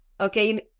okay